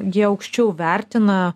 jie aukščiau vertina